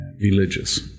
religious